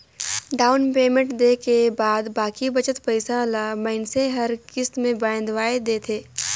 down payment देय के बाद बाकी बचत पइसा ल मइनसे हर किस्त में बंधवाए देथे